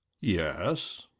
Yes